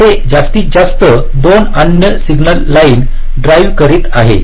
तर ते जास्तीत जास्त 2 अन्य सिग्नल लाइन ड्राईव्ह करीत आहे